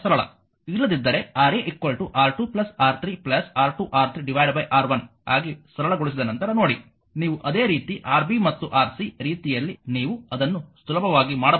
ಇಲ್ಲದಿದ್ದರೆ Ra R2 R3 R2R3 R1 ಆಗಿ ಸರಳಗೊಳಿಸಿದ ನಂತರ ನೋಡಿ ನೀವು ಅದೇ ರೀತಿ Rb ಮತ್ತು Rc ರೀತಿಯಲ್ಲಿ ನೀವು ಅದನ್ನು ಸುಲಭವಾಗಿ ಮಾಡಬಹುದು